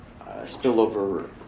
spillover